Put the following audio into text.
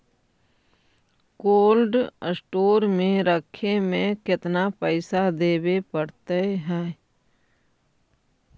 Cold store में रखे में केतना पैसा देवे पड़तै है?